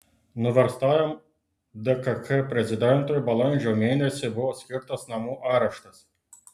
nuverstajam dkk prezidentui balandžio mėnesį buvo skirtas namų areštas